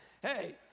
Hey